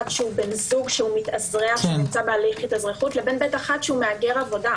שהוא בן זוג שנמצא בהליך התאזרחות לבין ב'1 שהוא מהגר עבודה.